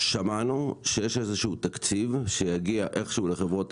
שמענו שיש איזה שהוא תקציב שיגיע איכשהו לחברות ההסעה.